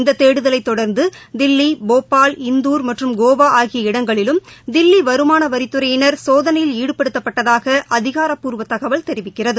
இந்ததேடுதலைத் தொடர்ந்துதில்லி போபால் இந்தூர் மற்றும் கோவாஆகிய இடங்களிலும் தில்லிவருமானவரித்துறையினர் சோதனையில் ஈடுபடுத்தப்பட்டதாகஅதிகாரப்பூர்வதகவல் தெரிவிக்கிறது